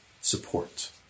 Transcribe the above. support